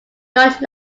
george